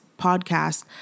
podcast